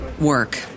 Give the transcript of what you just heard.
work